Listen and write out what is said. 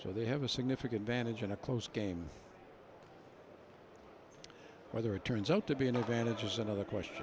so they have a significant vantage in a close game whether it turns out to be an advantage is another question